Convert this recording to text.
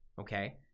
Okay